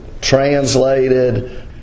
translated